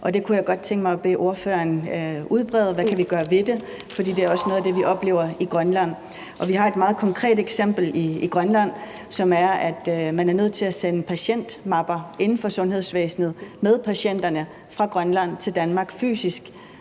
jeg kunne godt tænke mig at bede ordføreren uddybe, hvad kan vi gøre ved det, for det er også noget af det, vi oplever i Grønland. Og vi har et meget konkret eksempel i Grønland, som er, at man inden for sundhedsvæsenet er nødt til at sende patientmapper med patienterne fra Grønland til Danmark fysisk;